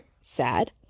sad